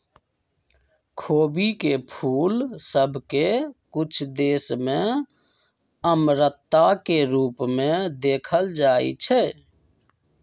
खोबी के फूल सभ के कुछ देश में अमरता के रूप में देखल जाइ छइ